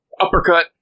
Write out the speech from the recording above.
uppercut